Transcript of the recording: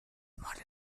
model